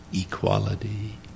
equality